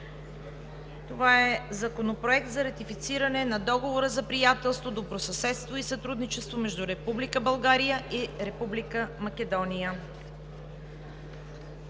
в подкрепа на подписването на Договора за приятелство, добросъседство и сътрудничество между Република България и Република Македония